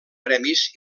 premis